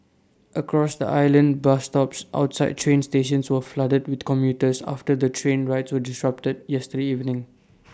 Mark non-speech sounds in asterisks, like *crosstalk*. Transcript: across the island bus stops outside train stations were flooded with commuters after the train rides were disrupted yesterday evening *noise*